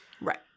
Right